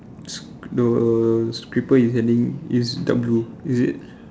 the is dark blue is it